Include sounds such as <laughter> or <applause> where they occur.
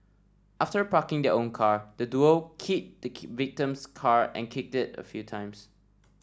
after parking their own car the duo keyed the <unintelligible> victim's car and kicked it a few times